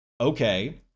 Okay